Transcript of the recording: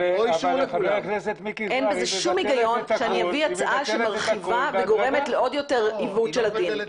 אין שום היגיון שאביא הצעה שמרחיבה וגורמת לעוד יותר עיוות של הדין.